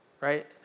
right